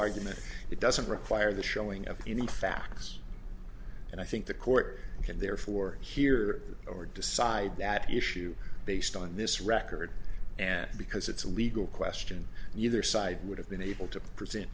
argument it doesn't require the showing of any facts and i think the court could therefore hear over decide that issue based on this record because it's legal question either side would have been able to present